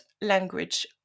language